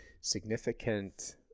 significant